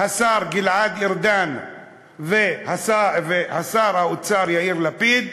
השר גלעד ארדן ושר האוצר יאיר לפיד,